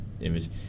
image